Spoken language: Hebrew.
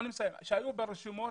שהיו ברשימות,